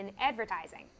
advertising